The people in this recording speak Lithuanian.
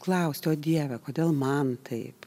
klausti o dieve kodėl man taip